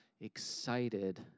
excited